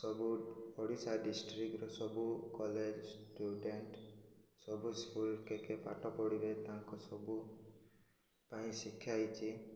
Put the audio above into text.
ସବୁ ଓଡ଼ିଶା ଡିଷ୍ଟ୍ରିକର ସବୁ କଲେଜ ଷ୍ଟୁଡେଣ୍ଟ ସବୁ ସ୍କୁଲ କେ କେ ପାଠ ପଢ଼ିବେ ତାଙ୍କ ସବୁ ପାଇଁ ଶିକ୍ଷା ହେଇଛି